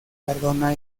cardona